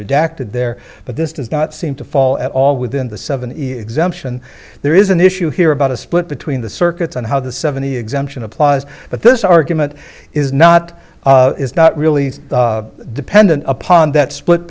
redacted there but this does not seem to fall at all within the seventy exemption there is an issue here about a split between the circuits and how the seventy exemption applause but this argument is not is not really dependent upon that split